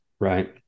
right